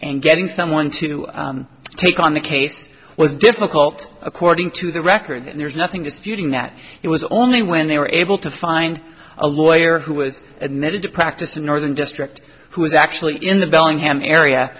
and getting someone to take on the case was difficult according to the record and there's nothing disputing that it was only when they were able to find a lawyer who was admitted to practice the northern district who was actually in the bellingham area